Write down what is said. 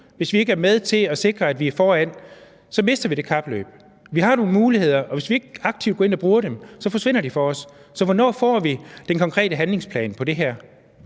hvis vi ikke er med til at sikre, at vi er foran, taber vi det kapløb. Vi har nogle muligheder, og hvis vi ikke aktivt går ind og bruger dem, forsvinder de for os. Så hvornår får vi den konkrete handlingsplan for det her?